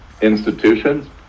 institutions